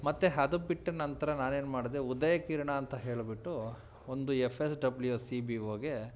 ಮತ್ತು ಅದು ಬಿಟ್ಟು ನಂತರ ನಾನು ಏನು ಮಾಡಿದೆ ಉದಯ ಕಿರಣ ಅಂತ ಹೇಳಿಬಿಟ್ಟು ಒಂದು F S W C B O ಗೆ